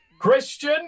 christian